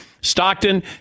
Stockton